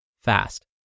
fast